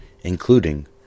Including